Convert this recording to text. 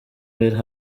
let